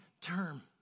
term